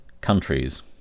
countries